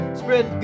spread